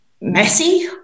messy